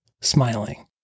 smiling